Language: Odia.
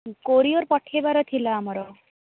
କୋରିୟର୍ ପଠେଇବାର ଥିଲା ଆମର